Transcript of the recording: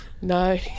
No